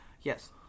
Yes